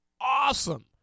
awesome